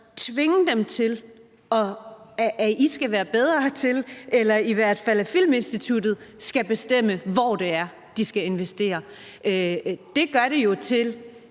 tvinge dem til, at de skal være bedre til det, eller i hvert fald, at Filminstituttet skal bestemme, hvor de skal investere. Det gør det jo til